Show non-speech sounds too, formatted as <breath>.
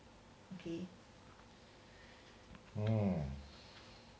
um <breath>